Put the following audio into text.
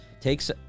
takes